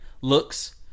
looks